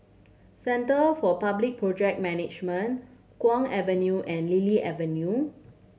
Centre for Public Project Management Kwong Avenue and Lily Avenue